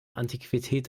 antiquität